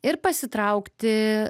ir pasitraukti